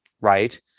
right